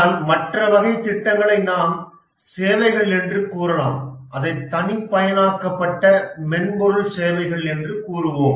ஆனால் மற்ற வகை திட்டங்களை நாம் சேவைகள் என்று கூறலாம் அதை தனிப்பயனாக்கப்பட்ட மென்பொருள் சேவைகள் என்று கூருவோம்